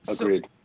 Agreed